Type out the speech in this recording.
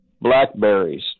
blackberries